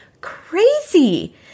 crazy